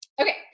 okay